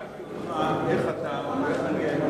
שאלתי אותך איך אתה ואיך אני היינו